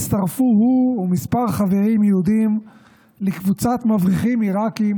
הצטרפו הוא וכמה חברים יהודים לקבוצת מבריחים עיראקים